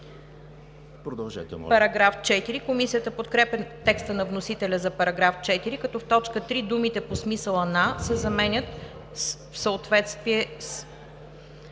Продължете, моля.